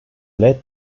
led